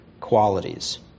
qualities